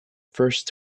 first